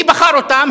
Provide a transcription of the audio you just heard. מי בחר אותם?